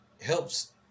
helps